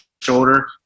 shoulder